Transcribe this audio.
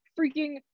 freaking